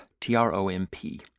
T-R-O-M-P